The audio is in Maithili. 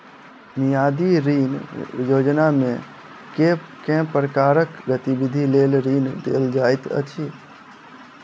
मियादी ऋण योजनामे केँ प्रकारक गतिविधि लेल ऋण देल जाइत अछि